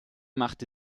machte